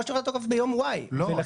או שהוא נכנס לתוקף ביום Y. לא,